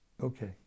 Okay